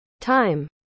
time